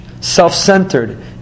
self-centered